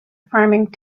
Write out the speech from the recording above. farming